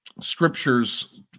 Scriptures